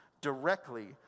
directly